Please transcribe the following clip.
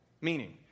meaning